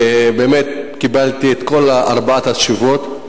באמת קיבלתי את כל ארבע התשובות.